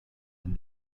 and